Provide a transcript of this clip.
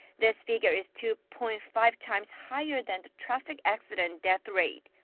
this figure is two-point-five times higher than the traffic accident death rate.